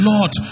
Lord